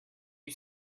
you